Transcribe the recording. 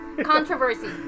Controversy